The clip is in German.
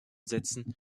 sätzen